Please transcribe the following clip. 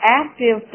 active